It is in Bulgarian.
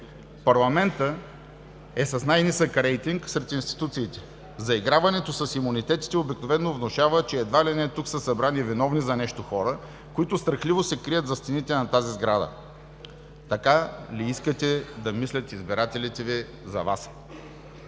Парламентът е с най-нисък рейтинг сред институциите. Заиграването с имунитетите обикновено внушава, че едва ли не тук са събрани виновни за нещо хора, които страхливо се крият зад стените на тази сграда. Така ли искате да мислят избирателите Ви за Вас?!